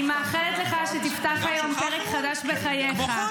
אני מאחלת לך שתפתח היום פרק חדש בחייך,